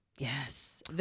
Yes